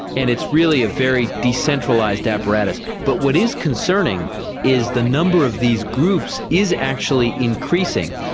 and it's really a very decentralised apparatus. but what is concerning is the number of these groups is actually increasing.